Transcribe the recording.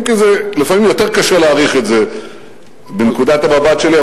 אם כי לפעמים יותר קשה להעריך את זה מנקודת המבט שלי.